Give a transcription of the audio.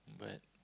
but